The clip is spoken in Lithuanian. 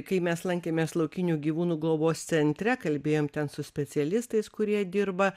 kai mes lankėmės laukinių gyvūnų globos centre kalbėjom ten su specialistais kurie dirba